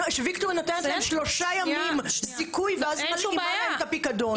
להם שלושה ימים זיכוי ואז מלאימה להם את הפיקדון.